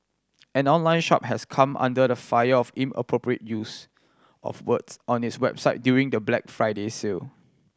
an online shop has come under fire for inappropriate use of words on its website during the Black Friday sale